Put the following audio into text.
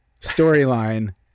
storyline